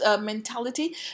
mentality